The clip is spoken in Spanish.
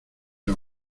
les